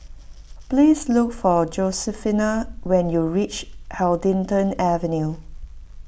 please look for Josefina when you reach Huddington Avenue